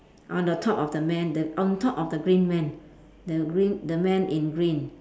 on the top of the man the on top of the green man the green the man in green